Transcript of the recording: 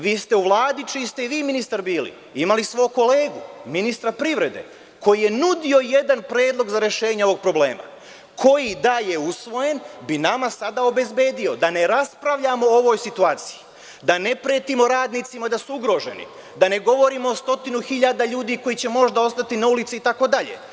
Vi ste u Vladi čiji ste i vi ministar bili imali svog kolegu, ministra privrede, koji je nudio jedan predlog za rešenje ovog problema, koji bi nama sada, da je usvojen, obezbedio da ne raspravljamo o ovoj situaciji, da ne pretimo radnicima da su ugroženi, da ne govorimo o stotinama hiljada ljudi koji će možda ostati na ulici itd.